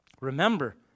Remember